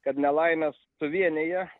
kad nelaimės suvienija